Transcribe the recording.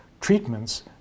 treatments